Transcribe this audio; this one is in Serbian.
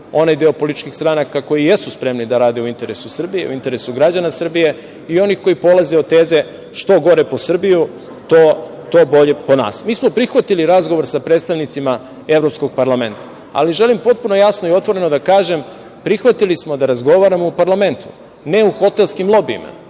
onaj deo političkih stranaka koji jesu spremni da rade u interesu Srbije, u interesu građana Srbije i onih koji polaze od teze – što gore po Srbiju, to bolje po nas. Mi smo prihvatili razgovor sa predstavnicima Evropskog parlamenta, ali želim potpuno jasno i otvoreno da kažem, prihvatili smo da razgovaramo u parlamentu, ne u hotelskim lobijima.